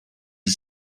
are